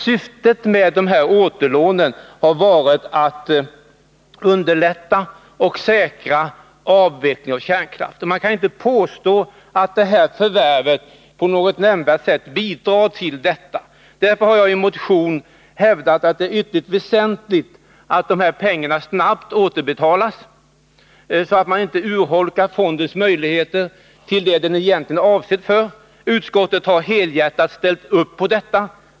Syftet med återlån från fonden har varit att underlätta investeringar som säkrar avvecklingen av kärnkraften. Man kan inte påstå att det förvärv som vi nu talar om på något nämnvärt sätt bidrar till detta. Därför har jag i motion 114 hävdat att det är ytterligt väsentligt att dl pengarna snabbt återbetalas så att man inte urholkar möjligheterna att använda fonden till det som den egentligen är avsedd för. Utskottet har helhjärtat ställt upp på detta.